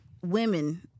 women